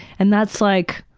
and that's like,